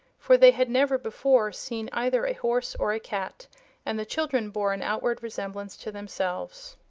for they had never before seen either a horse or a cat and the children bore an outward resemblance to themselves.